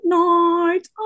night